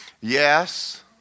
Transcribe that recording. Yes